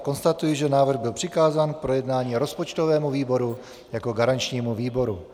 Konstatuji, že návrh byl přikázán k projednání rozpočtovému výboru jako garančnímu výboru.